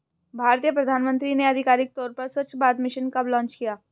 भारतीय प्रधानमंत्री ने आधिकारिक तौर पर स्वच्छ भारत मिशन कब लॉन्च किया?